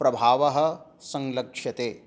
प्रभावः संलक्ष्यते